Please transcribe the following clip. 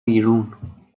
بیرون